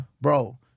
Bro